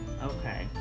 Okay